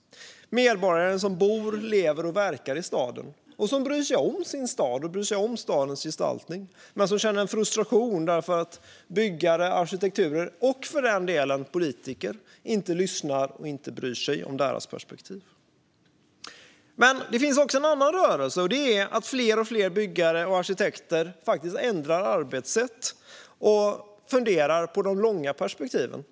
Det handlar om medborgare som bor, lever och verkar i staden och som bryr sig om sin stad och stadens gestaltning men känner en frustration därför att byggare, arkitekter och för den delen politiker inte lyssnar och inte bryr sig om deras perspektiv. Men det finns också en annan rörelse, nämligen att fler och fler byggare och arkitekter ändrar arbetssätt och funderar på de långa perspektiven.